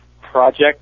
project